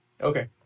Okay